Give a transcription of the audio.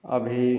अभी